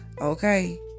Okay